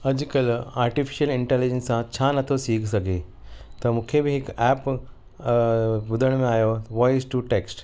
अॼुकल्ह artificial intelligence सां छा नथो सीखी सघे त मूंखे बि हिकु ऐप ॿुधण में आहियो वॉइस टू टेक्स्ट